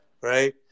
Right